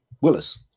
Willis